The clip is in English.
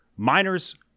miners